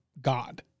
god